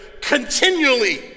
continually